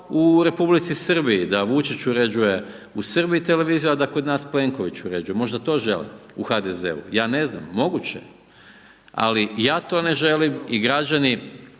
u Republici Srbiji da Vučić uređuje u Srbiji televiziju, a da kod nas Plenković uređuje, možda to žele u HDZ-u, ja ne znam, moguće, ali ja to ne želim i građani